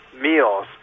meals